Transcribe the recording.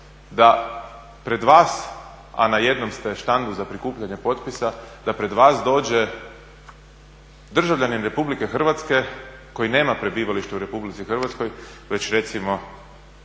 da pred vas, a na jednom ste štandu za prikupljanje potpisa, da pred vas dođe državljanin Republike Hrvatske koji nema prebivalište u Republici Hrvatskoj već recimo